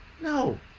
No